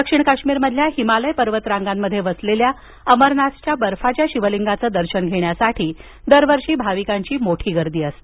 दक्षिण काश्मीरमधील हिमालय पर्वतरांगांमध्ये वसलेल्या अमरनाथच्या बर्फाच्या शिवलिंगाचं दर्शन घेण्यासाठी दरवर्षी भाविकांची मोठी गर्दी असते